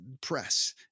Press